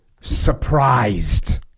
surprised